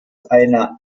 einer